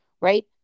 right